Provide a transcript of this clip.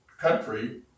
country